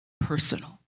personal